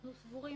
אנחנו סבורים